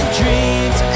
dreams